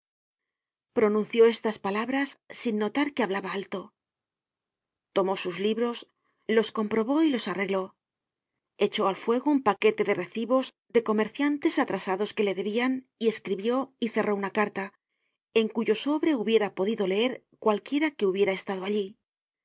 pronunció estas palabras sin notar que hablaba alto tomó sus libros los comprobó y los arregló echó al fuego un paquete de recibos de comerciantes atrasados que le debian y escribió y cerró una carta en cuyo sobre hubiera podido leer cualquiera que hubiera estado allí